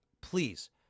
please